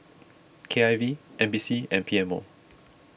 K I V N P C and P M O